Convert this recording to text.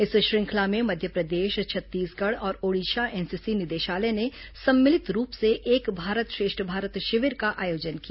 इस श्रृंखला में मध्यप्रदेश छत्तीसगढ़ और ओडिशा एनसीसी निदेशालय ने सम्मिलित रूप से एक भारत श्रेष्ठ भारत शिविर का आयोजन किया